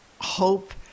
hope